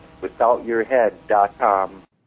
WithoutYourHead.com